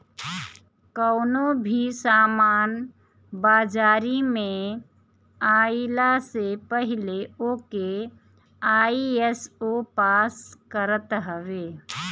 कवनो भी सामान बाजारी में आइला से पहिले ओके आई.एस.ओ पास करत हवे